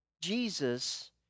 Jesus